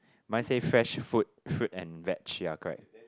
mine say fresh food fruit and veg~ ya correct